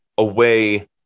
away